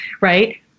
right